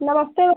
नमस्ते